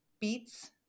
beets